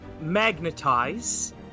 magnetize